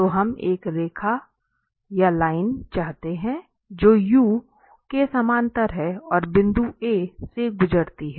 तो हम एक रेखा चाहते हैं जो u के समानांतर है और बिंदु A से गुजरती है